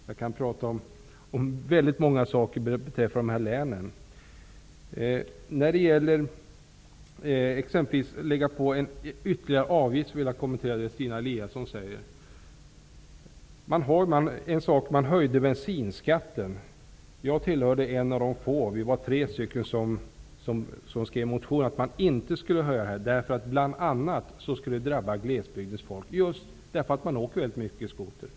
Jag kan prata om väldigt många saker som rör dessa län. Jag vill kommentera det Stina Eliasson säger om att lägga på ytterligare en avgift på skotertrafiken. Regeringen höjde bensinskatten. Jag hörde till de få som tyckte att bensinskatten inte skulle höjas. Vi var tre stycken som skrev motion om det. Vi trodde att det skulle drabba glesbygdens folk, just därför att man åker väldigt mycket skoter där.